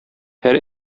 һәр